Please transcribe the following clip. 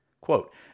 Quote